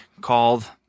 called